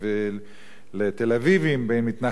בין מתנחלים לשמאלנים,